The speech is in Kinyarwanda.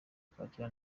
kwakira